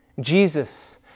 jesus